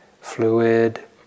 fluid